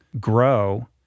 grow